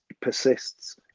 persists